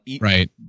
right